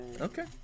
Okay